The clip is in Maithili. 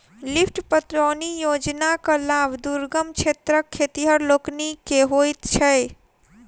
लिफ्ट पटौनी योजनाक लाभ दुर्गम क्षेत्रक खेतिहर लोकनि के होइत छै